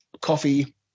coffee